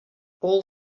all